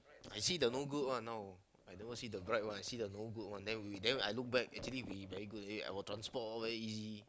I see the no good one now I never see the bright one I see the no good one then we then I look back actually we very good already our transport all very easy